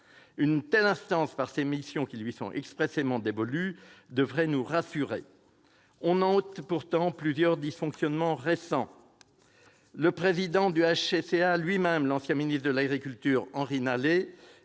Une telle instance, par les missions qui lui sont expressément dévolues, devrait nous rassurer. Or plusieurs dysfonctionnements ont été récemment relevés. Le président du HCCA lui-même, l'ancien ministre de l'agriculture Henri Nallet,